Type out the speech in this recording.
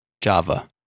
Java